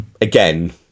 Again